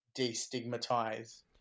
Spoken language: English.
destigmatize